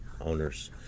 owners